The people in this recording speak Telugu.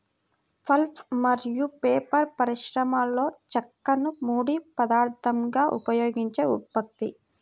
పల్ప్ మరియు పేపర్ పరిశ్రమలోచెక్కను ముడి పదార్థంగా ఉపయోగించే ఉత్పత్తి